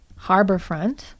Harborfront